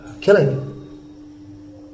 killing